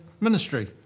ministry